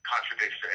contradicts